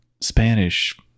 Spanish